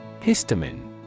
Histamine